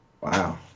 Wow